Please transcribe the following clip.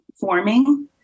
forming